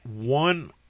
one